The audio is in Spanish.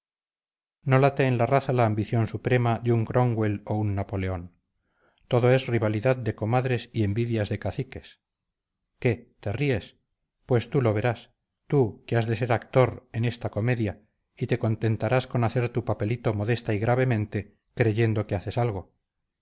no late en la raza la ambición suprema de un cromwell o un napoleón todo es rivalidad de comadres y envidias de caciques qué te ríes pues tú lo verás tú que has de ser actor en esta comedia y te contentarás con hacer tu papelito modesta y gravemente creyendo que haces algo